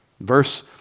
verse